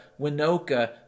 Winoka